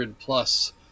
plus